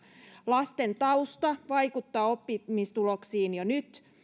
lasten tausta vaikuttaa oppimistuloksiin jo nyt